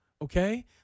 Okay